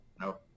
No